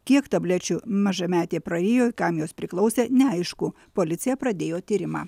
kiek tablečių mažametė prarijo kam jos priklausė neaišku policija pradėjo tyrimą